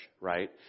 Right